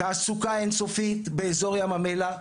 תעסוקה אין סופית באזור ים המלח,